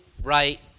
right